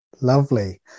lovely